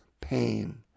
pain